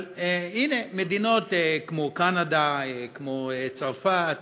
אבל הנה, מדינות כמו קנדה, כמו צרפת,